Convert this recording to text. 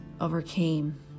overcame